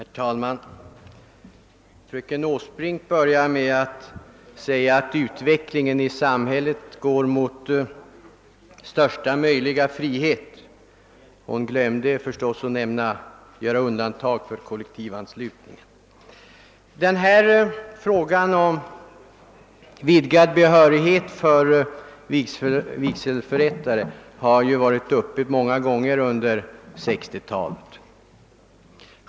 Herr talman! Fröken Åsbrink började sitt anförande med att säga att utvecklingen i samhället går mot allt större frihet. Då glömde hon dock att göra undantag för kollektivanslutningen. Frågan om vidgad behörighet att förrätta vigsel har varit uppe till debatt många gånger under 1960-talet.